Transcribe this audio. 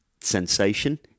sensation